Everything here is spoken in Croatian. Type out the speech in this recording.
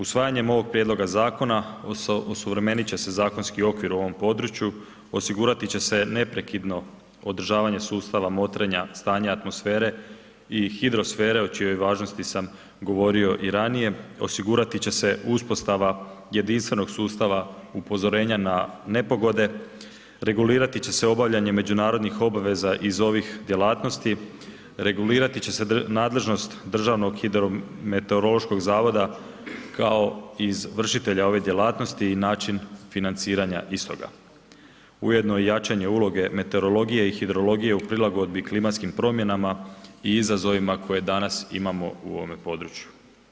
Usvajanjem ovog prijedloga zakona osuvremenit će se zakonski okvir u ovom području, osigurati će se neprekidno održavanje sustava motrenja stanja atmosfere i hidrosfere o čijoj važnosti sam govorio i ranije, osigurati će se uspostava jedinstvenog sustava upozorenja na nepogode, regulirati će se obavljanje međunarodnih obveza iz ovih djelatnosti, regulirati će se nadležnost državnog hidrometeorološkog zavoda kao izvršitelja ove djelatnosti i način financiranja istoga, ujedno i jačanje uloge meteorologije i hidrologije u prilagodbi klimatskim promjenama i izazovima koje danas imamo u ovome području.